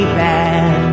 bad